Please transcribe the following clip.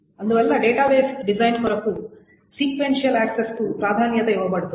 అందువల్ల database design కొరకు sequential యాక్సెస్కు ప్రాధాన్యత ఇవ్వబడుతుంది